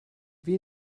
wir